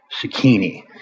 zucchini